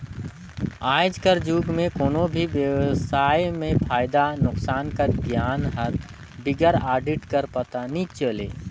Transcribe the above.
आएज कर जुग में कोनो भी बेवसाय में फयदा नोसकान कर गियान हर बिगर आडिट कर पता नी चले